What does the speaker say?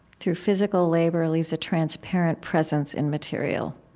through physical labor, leaves a transparent presence in material.